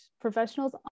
professionals